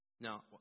Now